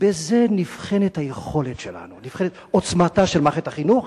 בזה נבחנת היכולת שלנו, עוצמתה של מערכת החינוך